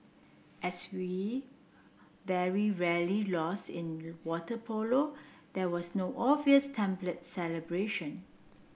as we very rarely lose in water polo there was no obvious template celebration